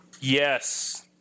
Yes